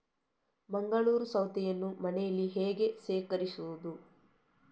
ಮಂಗಳೂರು ಸೌತೆಯನ್ನು ಮನೆಯಲ್ಲಿ ಹೇಗೆ ಶೇಖರಿಸುವುದು?